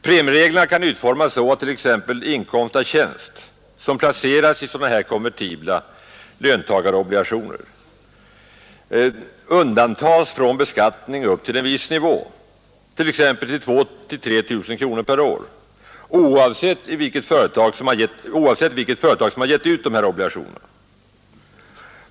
Premiereglerna kan utformas så att t.ex. inkomst av tjänst, som placeras i konvertibla löntagarobligationer, undantas från beskattning upp till en viss nivå, t.ex. 2 000 kronor eller 3 000 kronor per år oavsett vilket företag som gett ut dessa obligationer.